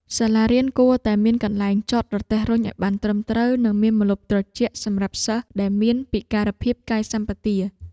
សាលារៀនគួរតែមានកន្លែងចតរទេះរុញឱ្យបានត្រឹមត្រូវ និងមានម្លប់ត្រជាក់សម្រាប់សិស្សដែលមានពិការភាពកាយសម្បទា។